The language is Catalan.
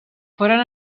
foren